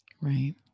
Right